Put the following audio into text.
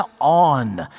on